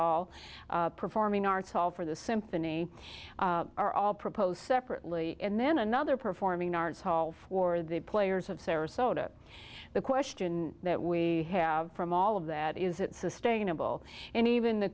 all performing arts hall for the symphony are all proposed separately and then another performing arts hall for the players of sarasota the question that we have from all of that is that sustainable and even the